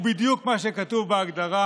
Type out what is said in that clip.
הוא בדיוק מה שכתוב בהגדרה,